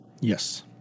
Yes